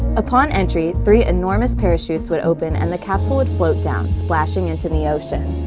upon entry, three enormous parachutes would open and the capsule would float down, splashing into the ocean.